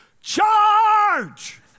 Charge